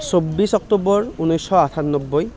চৌবিছ অক্টোবৰ ঊনৈছশ আঠান্নব্বৈ